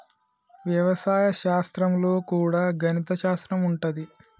వ్యవసాయ శాస్త్రం లో కూడా గణిత శాస్త్రం ఉంటది